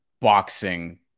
boxing